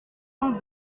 cent